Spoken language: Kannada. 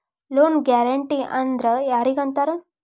ಲೊನ್ ಗ್ಯಾರಂಟೇ ಅಂದ್ರ್ ಯಾರಿಗ್ ಅಂತಾರ?